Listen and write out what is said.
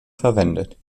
verwendet